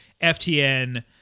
FTN